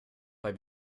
bei